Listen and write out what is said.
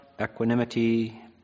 equanimity